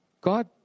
God